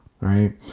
Right